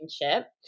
relationship